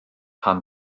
pan